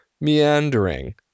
meandering